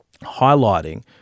highlighting